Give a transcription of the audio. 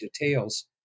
details